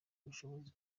ubushobozi